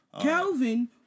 Kelvin